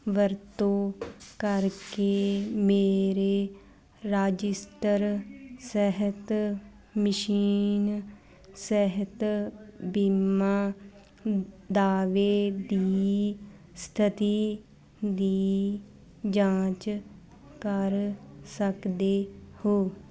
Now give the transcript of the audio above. ਵਰਤੋਂ ਕਰਕੇ ਮੇਰੇ ਰਾਜਿਸਟਰ ਸਿਹਤ ਮਸ਼ੀਨ ਸਿਹਤ ਬੀਮਾ ਦਾਅਵੇ ਦੀ ਸਥਿਤੀ ਦੀ ਜਾਂਚ ਕਰ ਸਕਦੇ ਹੋ